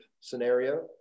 scenario